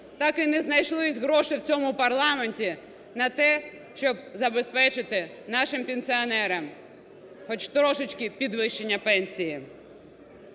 так і не знайшлися гроші в цьому парламенті на те, щоб забезпечити нашим пенсіонерам, хоч трішечки підвищення пенсії.